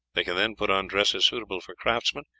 they can then put on dresses suitable for craftsmen,